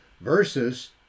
versus